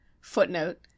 footnote